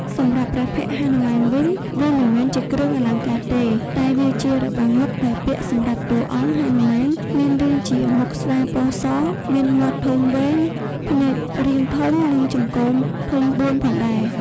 សម្រាប់ព្រះភ័ក្ត្រហនុមានវិញ វាមិនមែនជាគ្រឿងអលង្ការទេ តែវាជារបាំងមុខដែលពាក់សម្រាប់តួអង្គ ហនុមានមានរាងជា មុខស្វាពណ៌ស មានមាត់ធំវែង ភ្នែករាងធំ និងចង្កូមធំ៤ផងដែរ។